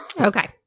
okay